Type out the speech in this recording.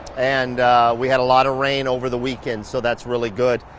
and we had a lotta rain over the weekend, so that's really good.